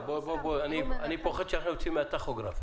אני פוחד שאנחנו יוצאים מהטכוגרף,